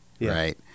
Right